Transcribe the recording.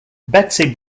betsy